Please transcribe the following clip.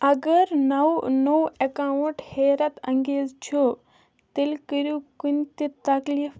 اگر نو نوٚو اکاؤنٛٹ حیرت انگیز چھُ تیٚلہِ کٔرِو کُنہِ تہِ تکلیٖف